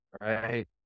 right